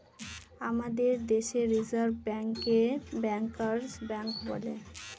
আমাদের দেশে রিসার্ভ ব্যাঙ্কে ব্যাঙ্কার্স ব্যাঙ্ক বলে